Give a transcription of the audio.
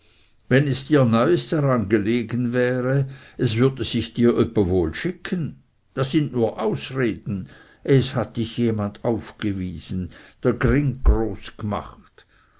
wenn dir neuis daran gelegen wäre es würde sich dir öppe wohl schicken das sind nur ausreden es hat dich jemand aufgewiesen dr gring groß gmacht